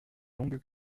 longue